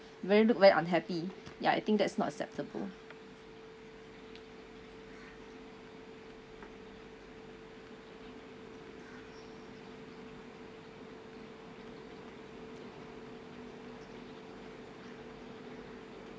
very looked very unhappy ya I think that's not acceptable